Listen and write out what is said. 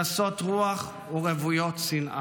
גסות רוח ורוויות שנאה.